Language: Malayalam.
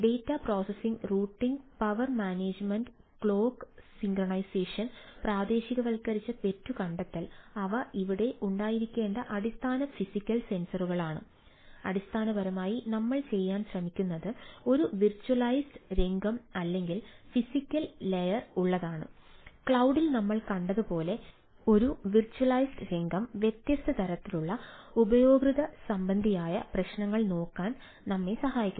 data processing routing power management clock synchronisation പ്രാദേശികവൽക്കരിച്ച തെറ്റ് കണ്ടെത്തൽ അവ ഇവിടെ ഉണ്ടായിരിക്കേണ്ട അടിസ്ഥാന ഫിസിക്കൽ സെൻസറുകളാണ് അടിസ്ഥാനപരമായി നമ്മൾ ചെയ്യാൻ ശ്രമിക്കുന്നത് ഒരു വെർച്വലൈസ്ഡ് രംഗം അല്ലെങ്കിൽ ഫിസിക്കൽ ലെയർ ഉള്ളതാണ് ക്ലൌഡിൽ നമ്മൾ കണ്ടതുപോലെ ഒരു വെർച്വലൈസ്ഡ് രംഗം വ്യത്യസ്ത തരത്തിലുള്ള ഉപയോക്തൃ സംബന്ധിയായ പ്രശ്നങ്ങൾ നോക്കാൻ എന്നെ സഹായിക്കുന്നു